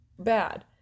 Bad